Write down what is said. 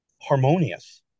harmonious